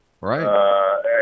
Right